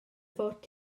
fod